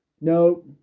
No